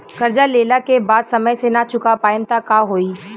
कर्जा लेला के बाद समय से ना चुका पाएम त का होई?